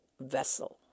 vessel